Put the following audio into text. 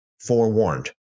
forewarned